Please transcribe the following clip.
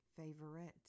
Favorite